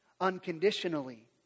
unconditionally